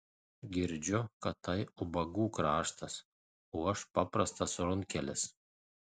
girdžiu kad tai ubagų kraštas o aš paprastas runkelis